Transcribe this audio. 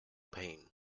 pain